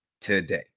today